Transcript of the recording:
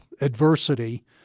adversity